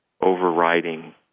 overriding